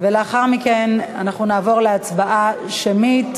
ולאחר מכן אנחנו נעבור להצבעה שמית.